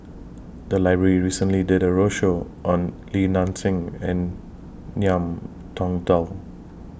The Library recently did A roadshow on Li Nanxing and Ngiam Tong Dow